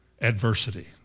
adversity